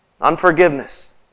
unforgiveness